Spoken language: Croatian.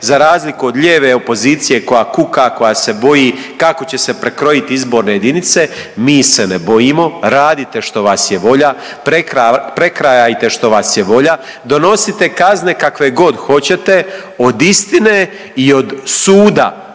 za razliku od lijeve opozicije koja kuka, koja se boji kako će se prekrojiti izborne jedinice, mi se ne bojimo, radite što vas je volja, prekrajajte što vas je volja, donesite kazne kakve god hoćete, od istine i od suda